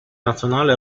nazionale